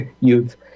youth